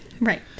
Right